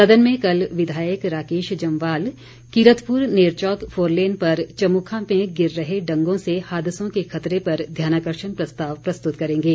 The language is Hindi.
सदन में कल विधायक राकेश जम्वाल कीरतपुर नेरचौक फोरलेन पर चमुखा में गिर रहे डंगों से हादसों के खतरे पर ध्यानाकर्षण प्रस्ताव प्रस्तुत करेंगे